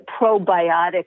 probiotic